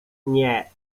nie